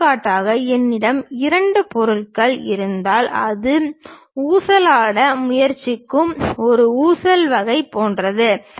எடுத்துக்காட்டாக என்னிடம் இரண்டு பொருட்கள் இருந்தால் அது ஊசலாட முயற்சிக்கும் ஒரு ஊசல் வகை போன்றது